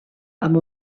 amb